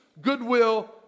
goodwill